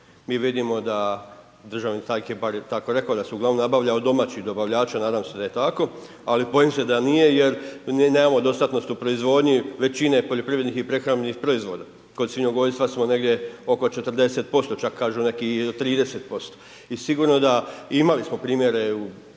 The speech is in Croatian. Mi vidimo da, državni tajnik je barem tako rekao da se uglavnom nabavlja od domaćih dobavljača, nadam se da je tako, ali bojim se da nije jer mi nemamo dostatnost u proizvodnji većine poljoprivrednih i prehrambenih proizvoda, kod svinjogojstva smo negdje oko 40% čak kažu neki i do 30% i sigurno da, imali smo primjere